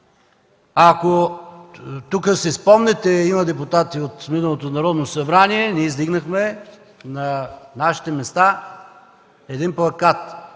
тук си спомняте, има депутати от миналото Народно събрание, ние издигнахме на нашите места един плакат: